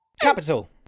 Capital